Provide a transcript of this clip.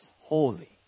holy